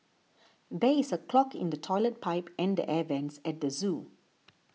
there is a clog in the Toilet Pipe and the Air Vents at the zoo